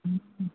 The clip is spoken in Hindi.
हाँ